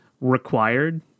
required